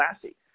classy